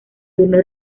turno